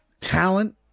talent